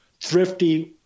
thrifty